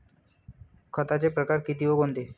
खताचे प्रकार किती व कोणते?